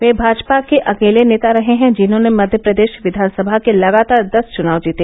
वे भाजपा के अकेले नेता रहे हैं जिन्होंने मध्यप्रदेश विधानसभा के लगातार दस चुनाव जीते